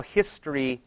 history